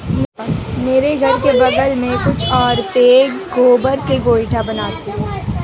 मेरे घर के बगल में कुछ औरतें गोबर से गोइठा बनाती है